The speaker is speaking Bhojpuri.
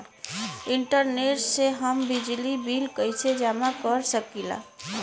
इंटरनेट से हम बिजली बिल कइसे जमा कर सकी ला?